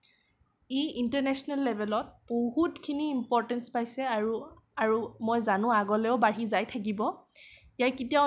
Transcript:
ই international লেভেলত বহুতখিনি importance পাইছে আৰু মই জানো আগলেও বাঢ়ি যাই থাকিব